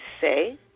say